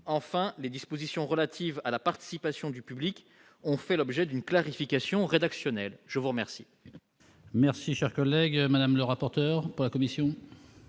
enfin les dispositions relatives à la participation du public ont fait l'objet d'une clarification rédactionnel, je vous remercie.